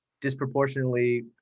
disproportionately